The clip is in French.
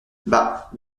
bah